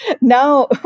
now